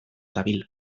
dabil